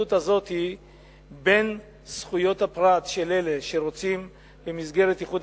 ההתלבטות הזאת בין זכויות הפרט של אלה שרוצים במסגרת איחוד